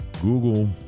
Google